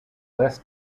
less